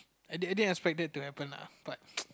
I I didn't expect that to happen lah but